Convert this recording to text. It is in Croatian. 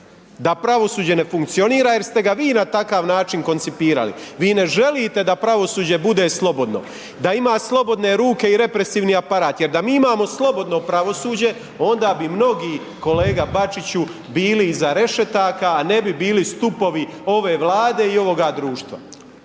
da pravosuđe ne funkcionira jer ste ga vi na takav način koncipirali, vi ne želite da pravosuđe bude slobodno, da ima slobodne ruke i represivni aparat jer da mi imamo slobodno pravosuđe onda bi mnogi, kolega Bačiću, bili iza rešetaka, a ne bi bili stupovi ove Vlade i ovoga društva.